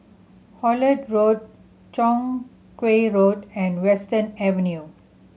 Holt Road Chong Kuo Road and Western Avenue